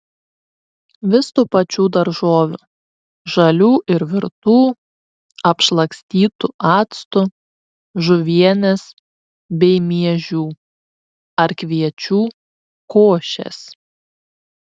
vis tų pačių daržovių žalių ir virtų apšlakstytų actu žuvienės bei miežių ar kviečių košės